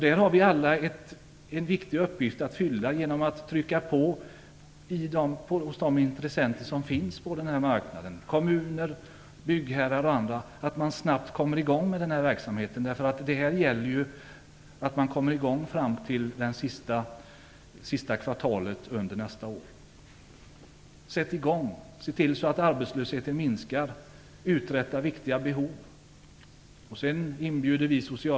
Vi har alla en viktig uppgift att fylla genom att trycka på hos de intressenter som finns på marknaden - kommuner, byggherrar och andra - så att man snabbt kommer i gång med verksamheten. Det gäller att komma i gång före sista kvartalet nästa år. Sätt i gång! Se till så att arbetslösheten minskar! Uträtta viktiga behov!